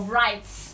rights